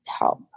help